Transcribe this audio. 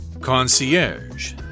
Concierge